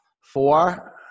four